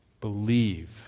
believe